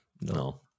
no